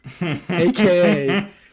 aka